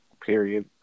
period